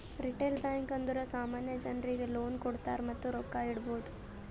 retail bank ಅಂದುರ್ ಸಾಮಾನ್ಯ ಜನರಿಗ್ ಲೋನ್ ಕೊಡ್ತಾರ್ ಮತ್ತ ರೊಕ್ಕಾ ಇಡ್ಬೋದ್